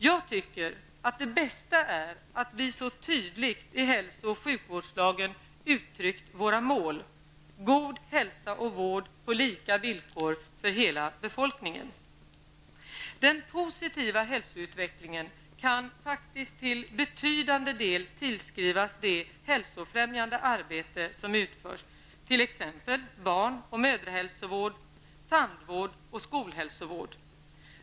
Jag tycker att det bästa är att vi så tydligt i hälso och sjukvårdslagen uttryckt våra mål: God hälsa och vård på lika villkor för hela befolkningen. Den positiva hälsoutvecklingen kan faktiskt till betydande del tillskrivas det hälsofrämjande arbete som utförs, t.ex. barn och mödrahälsovård, tandvård och skolhälsovård.